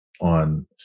on